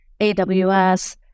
AWS